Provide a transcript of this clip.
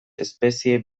espezie